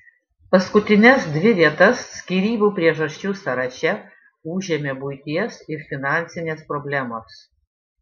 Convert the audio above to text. paskutines dvi vietas skyrybų priežasčių sąraše užėmė buities ir finansinės problemos